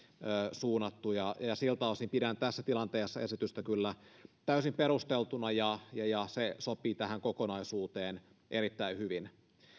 suunnattuja ja siltä osin pidän esitystä tässä tilanteessa kyllä täysin perusteltuna ja se sopii tähän kokonaisuuteen erittäin hyvin